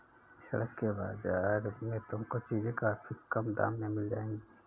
सड़क के बाजार में तुमको चीजें काफी कम दाम में मिल जाएंगी